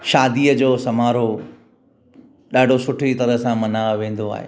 शादीअ जो समारोह ॾाढो सुठी तरह सां मल्हायो वेंदो आहे